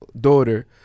daughter